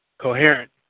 coherent